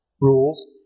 rules